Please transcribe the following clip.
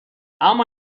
اما